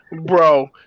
Bro